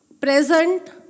present